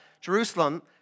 Jerusalem